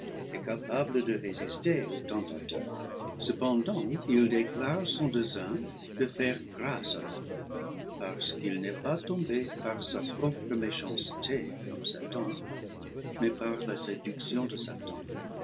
et capable de résister au tentateur cependant il déclare son dessein de faire grâce à l'homme parce qu'il n'est pas tombé par sa propre méchanceté comme satan mais par la séduction de satan